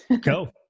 go